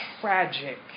tragic